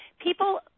People